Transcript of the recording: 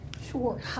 Sure